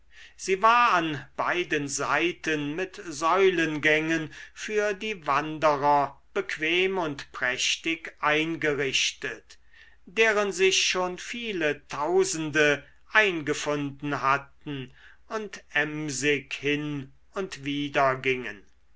sie war an beiden seiten mit säulengängen für die wanderer bequem und prächtig eingerichtet deren sich schon viele tausende eingefunden hatten und emsig hin und wider gingen